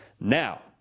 now